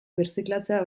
birziklatzea